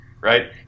right